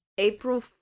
April